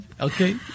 Okay